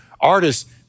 artists